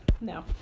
no